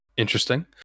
interesting